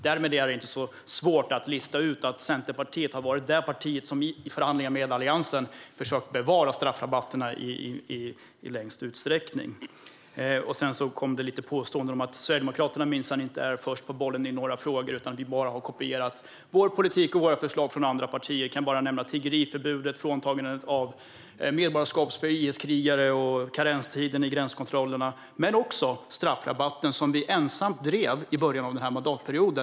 Det är därmed inte svårt att lista ut att Centerpartiet har varit det parti som i förhandlingarna inom Alliansen har försökt bevara straffrabatterna i störst utsträckning. Det påstods här dessutom att Sverigedemokraterna minsann inte är först på bollen i några frågor, utan vi ska bara ha kopierat vår politik och våra förslag från andra partier. Jag kan bara nämna tiggeriförbudet, fråntagandet av medborgarskap för IS-krigare och karenstiden i gränskontrollerna liksom straffrabatten som vi var ensamma om att driva i början av denna mandatperiod.